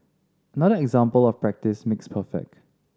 another example of practice makes perfect